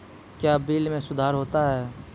क्या बिल मे सुधार होता हैं?